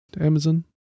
Amazon